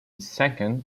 second